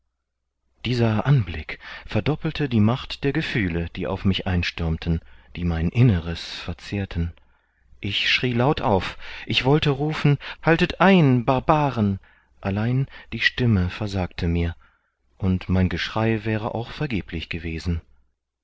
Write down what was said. dieser anblick verdoppelte die macht der gefühle die auf mich einstürmten die mein inneres verzehrten ich schrie laut auf ich wollte rufen haltet ein barbaren allein die stimme versagte mir und mein geschrei wäre auch vergeblich gewesen